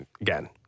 again